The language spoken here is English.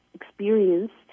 experienced